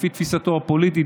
לפי תפיסתו הפוליטית,